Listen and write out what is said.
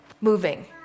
moving